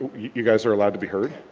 you guys are allowed to be heard?